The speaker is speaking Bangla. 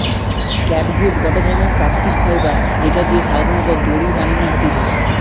ক্যাটগুট গটে ধরণের প্রাকৃতিক ফাইবার যেটা দিয়ে সাধারণত দড়ি বানানো হতিছে